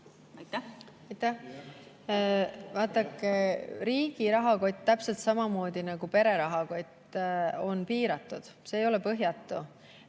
Aitäh! Vaadake, riigi rahakott on täpselt samamoodi nagu pere rahakott piiratud, see ei ole põhjatu.